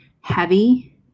Heavy